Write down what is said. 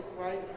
right